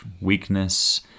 weakness